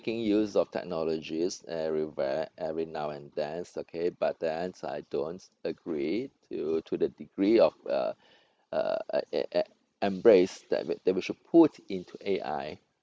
making use of technologies everywhere every now and then okay but then I don't agree to to the degree of uh uh embrace that that we should put into A_I